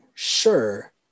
Sure